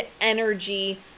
energy